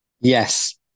Yes